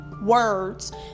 words